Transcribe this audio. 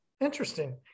Interesting